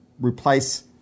replace